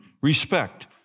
respect